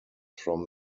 from